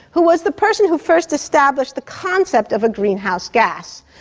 who was the person who first established the concept of a greenhouse gas.